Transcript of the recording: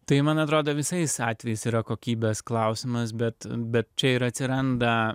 tai man atrodo visais atvejais yra kokybės klausimas bet bet čia ir atsiranda